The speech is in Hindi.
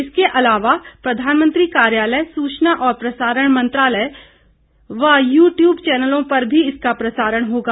इसके अलावा प्रधानमंत्री कार्यालय सूचना और प्रसारण मंत्रालयव यू ट्यूब चैनलों पर भी इस प्रसारण होगा